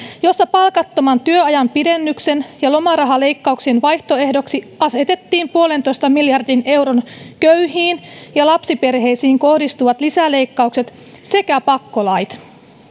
jossa palkattoman työajanpidennyksen ja lomarahaleikkauksien vaihtoehdoksi asetettiin puolentoista miljardin euron köyhiin ja lapsiperheisiin kohdistuvat lisäleikkaukset sekä pakkolait